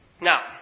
Now